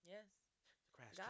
Yes